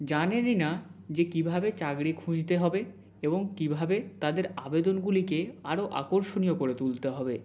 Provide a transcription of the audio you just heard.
জানেনই না যে কীভাবে চাকরি খুঁজতে হবে এবং কীভাবে তাদের আবেদনগুলিকে আরও আকর্ষণীয় করে তুলতে হবে